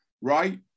right